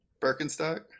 Birkenstock